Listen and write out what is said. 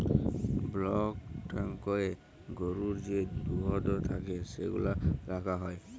block ট্যাংকয়ে গরুর যে দুহুদ থ্যাকে সেগলা রাখা হ্যয়